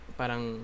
parang